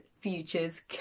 Futures